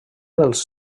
dels